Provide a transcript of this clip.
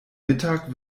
mittag